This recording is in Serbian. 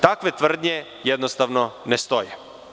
Takve tvrdnje jednostavno ne stoje.